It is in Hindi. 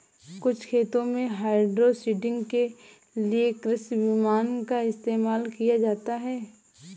कुछ खेतों में हाइड्रोसीडिंग के लिए कृषि विमान का इस्तेमाल किया जाता है